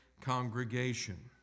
congregation